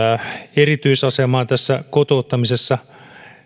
erityisasemaan kotouttamisessa